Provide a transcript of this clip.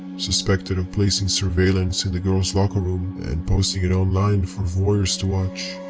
suspected of placing surveillance in the girl's locker room and posting it online for voyeurs to watch.